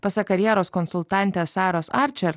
pasak karjeros konsultantės saros arčer